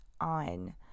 on